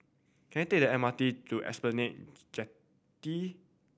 can I take the M R T to Esplanade Jetty